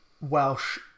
Welsh